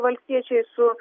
valstiečiai su